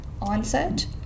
onset